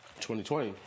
2020